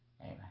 Amen